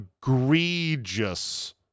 egregious